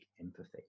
empathy